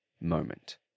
Moment